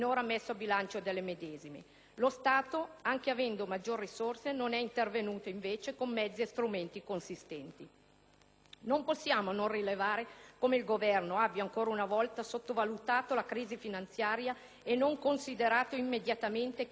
lo Stato, pur avendo maggiori risorse, non è intervenuto con mezzi e strumenti consistenti. Non possiamo non rilevare poi come il Governo abbia ancora una volta sottovalutato la crisi finanziaria e non considerato immediatamente che la stessa avrebbe travolto